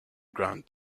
ground